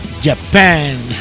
Japan